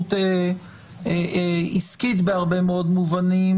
התחרות עסקית בהרבה מאוד מובנים,